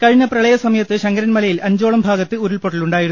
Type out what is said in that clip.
കഴിഞ്ഞ പ്രളയ സമയത്ത് ശങ്കരൻ മലയിൽ അഞ്ചോളം ഭാഗത്ത് ഉരുൾപൊട്ടലുണ്ടായിരുന്നു